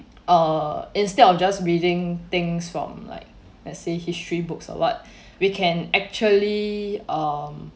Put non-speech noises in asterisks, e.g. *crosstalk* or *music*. err instead of just reading things from like let's say history books or what *breath* we can actually um